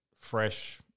fresh